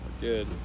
Good